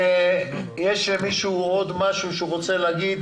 יש למישהו עוד משהו שהוא רוצה להגיד